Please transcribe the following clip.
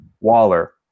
Waller